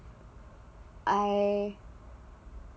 I